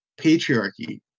patriarchy